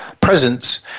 presence